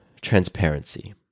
transparency